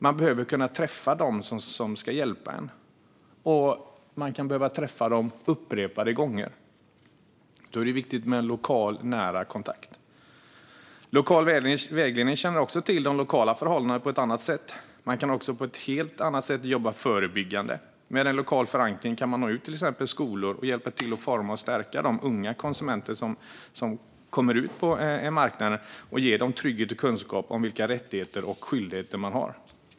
Man behöver kunna träffa dem som ska hjälpa en, och man kan behöva träffa dem upprepade gånger. Då är det viktigt med en lokal och nära kontakt. Lokala vägledare känner till de lokala förhållandena på ett annat sätt. Man kan också på ett helt annat sätt jobba förebyggande. Med en lokal förankring kan man till exempel nå ut till skolor och hjälpa till att forma och stärka de unga konsumenter som kommer ut på marknaden. Man kan ge dem trygghet och kunskap om vilka rättigheter och skyldigheter de har.